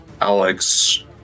alex